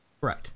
Right